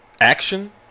action